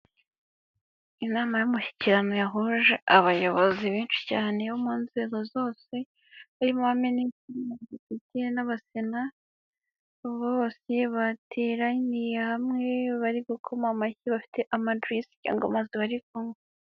Inama y'umushyikirano yahuje abayobozi benshi cyane bo mu nzego zose barimo abaminisitiri n'abasena bose bateraniye hamwe bari gukoma amashyi bafite amajuice cyangwa amazi bari kunywa.